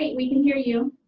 we can hear you.